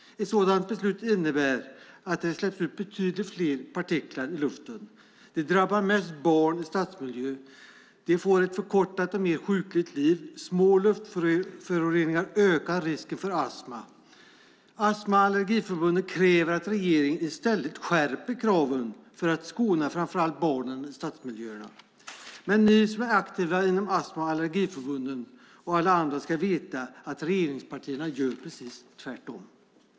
Ett sådant beslut innebär att det släpps ut betydligt fler partiklar i luften. Det drabbar mest barn i stadsmiljö. De får ett förkortat och mer sjukligt liv. Små luftföroreningar ökar risken för astma. Astma och Allergiförbundet kräver att regeringen i stället skärper kraven för att skona framför allt barnen i stadsmiljöerna. Ni som är aktiva i Astma och Allergiförbundet och alla andra ska veta att regeringspartierna gör precis tvärtom.